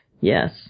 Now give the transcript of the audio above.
yes